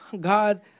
God